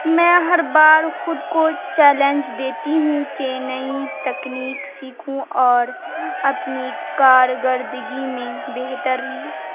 میں ہر بار خود کو چیلنج دیتی ہوں کہ نئی تکنیک سیکھوں اور اپنی کارگردگی میں بہتر ہو